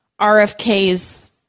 RFKs